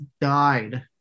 died